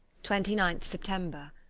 twenty nine september.